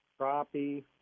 crappie